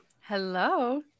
Hello